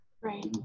Right